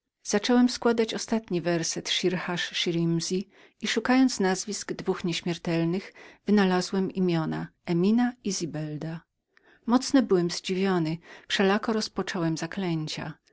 zacząłem składać ostatnią zwrotkę szir ha szirimu i szukając nazwisk dwóch nieśmiertelnych wynalazłem imiona emina i zibelda mocno byłem zdziwiony wszelako rozpocząłem zaklęcia